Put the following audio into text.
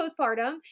postpartum